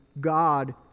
God